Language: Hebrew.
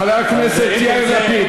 חבר הכנסת יאיר לפיד.